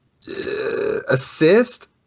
assist